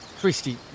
Christy